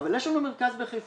אבל יש לנו מרכז בחיפה,